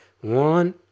one